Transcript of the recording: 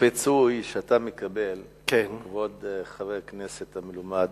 הפיצוי שאתה מקבל, כבוד חבר הכנסת המלומד,